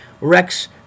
Rex